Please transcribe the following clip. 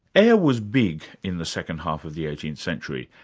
air was big in the second half of the eighteenth century.